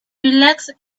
relaxed